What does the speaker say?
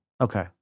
Okay